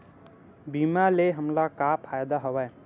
बीमा ले हमला का फ़ायदा हवय?